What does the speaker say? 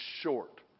short